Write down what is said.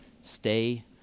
stay